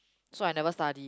so I never study